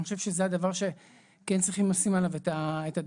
אני חושב שזה הדבר שכן צריכים לשים עליו את הדגש,